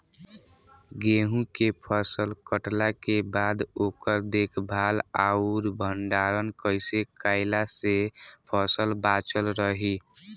गेंहू के फसल कटला के बाद ओकर देखभाल आउर भंडारण कइसे कैला से फसल बाचल रही?